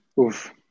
Oof